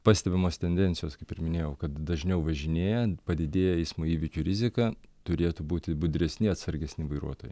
pastebimos tendencijos kaip ir minėjau kad dažniau važinėjant padidėja eismo įvykių rizika turėtų būti budresni atsargesni vairuotojai